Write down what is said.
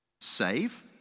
save